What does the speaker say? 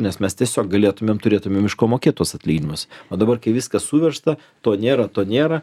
nes mes tiesiog galėtumėm turėtumėm iš ko mokėt tuos atlyginimus o dabar kai viskas suversta to nėra to nėra